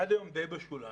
עד היום די בשוליים.